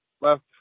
left